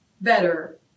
better